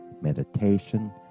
meditation